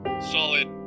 solid